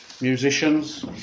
musicians